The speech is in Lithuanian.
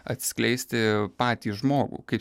atskleisti patį žmogų kaip